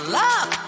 love